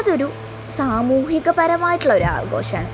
അതൊരു സമൂഹികപരമായിട്ടുള്ളൊരു ആഘോഷമാണ്